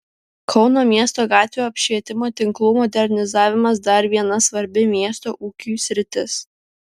kauno miesto gatvių apšvietimo tinklų modernizavimas dar viena svarbi miesto ūkiui sritis